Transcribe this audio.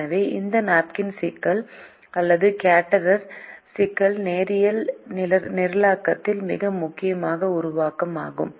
எனவே இந்த நாப்கின்ஸ் சிக்கல் அல்லது கேடரர் சிக்கல் நேரியல் நிரலாக்கத்தில் மிக முக்கியமான உருவாக்கம் ஆகும்